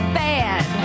bad